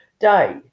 day